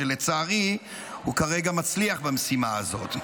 ולצערי, הוא כרגע מצליח במשימה הזאת.